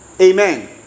Amen